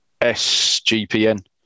SGPN